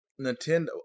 Nintendo